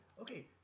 okay